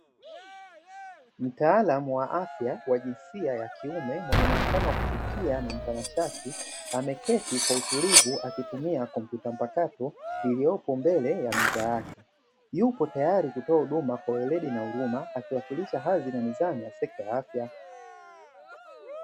Mtaalam wa afya wa jinsia ya kiume mwenye muonekana wa kuvutia na mtanashati ameketi kwa utulivu na akitumia kompyuta mpakato iliyopo mbele ya meza yake; yupo tayari kutoa huduma kwa weredi na huruma akiwakilisha hadhi na nidhamu ya sekta ya afya.